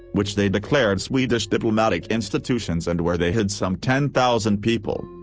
which they declared swedish diplomatic institutions and where they hid some ten thousand people.